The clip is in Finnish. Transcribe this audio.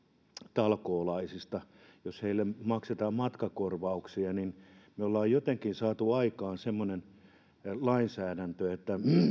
talkoolaisista ja jos heille maksetaan matkakorvauksia me olemme jotenkin saaneet aikaan semmoisen lainsäädännön